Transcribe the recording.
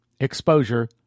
exposure